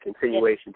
continuation